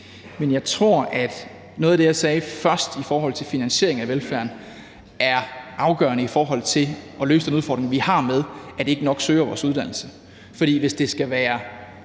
Men jeg tror, at noget af det, jeg sagde først i forhold til finansiering af velfærden, er afgørende for at løse den udfordring, vi har med, at ikke nok søger ind på de uddannelser. For hvis det skal være